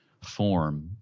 form